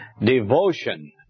devotion